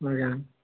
ଆଜ୍ଞା